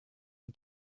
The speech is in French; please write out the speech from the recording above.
une